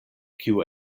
kiu